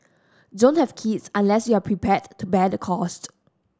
don't have kids unless you are prepared to bear the costs